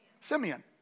Simeon